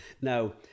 Now